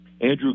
Andrew